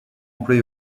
employé